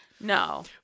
No